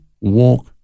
walk